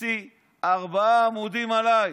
הוציא ארבעה עמודים עליי: